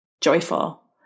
joyful